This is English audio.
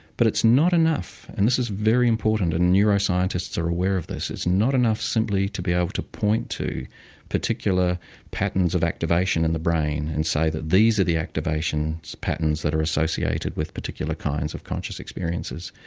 but it's not enough, and this is very important and neuroscientists are aware of this, it's not enough simply to be able to point to particular patterns of activation in the brain and say that these are the activation patterns that are associated with particular kinds of conscious experiences.